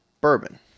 bourbon